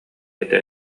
этэ